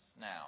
Now